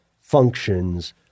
functions